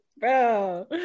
bro